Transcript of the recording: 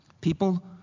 People